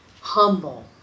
humble